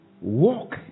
Walk